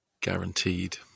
guaranteed